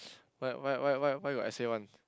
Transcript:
why why why why why got essay one